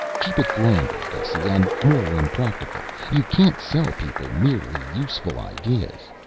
keep it grander, gussy, and more impractical you can't sell people merely useful ideas.